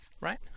Right